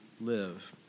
live